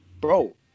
bro